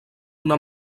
una